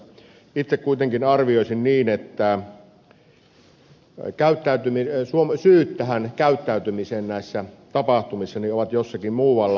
itse kuitenkin arvioisin niin että syyt tähän käyttäytymiseen näissä tapahtumissa ovat jossakin muualla